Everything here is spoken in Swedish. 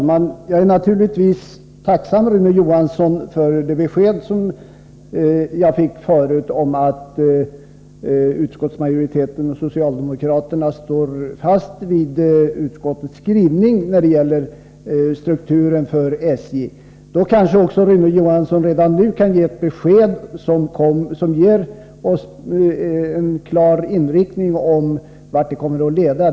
Fru talman! Jag är naturligtvis tacksam, Rune Johansson, för det besked jag förut fick om att utskottsmajoriteten och socialdemokraterna står fast vid utskottets skrivning när det gäller strukturen för SJ. Rune Johansson kanske redan nu också kan ge ett sådant besked att vi får en klar uppfattning om vilken inriktning socialdemokraternas förslag kommer att ha.